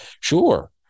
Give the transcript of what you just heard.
sure